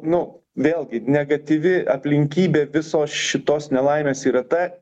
nu vėlgi negatyvi aplinkybė visos šitos nelaimės yra ta